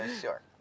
Sure